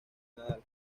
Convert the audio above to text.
nadal